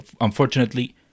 unfortunately